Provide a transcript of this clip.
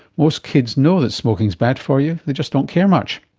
most kids know that smoking's bad for you. they just don't care much.